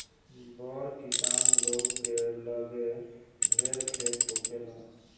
बड़ किसान लोग के लगे ढेर खेत होखेला